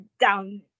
down